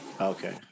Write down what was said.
Okay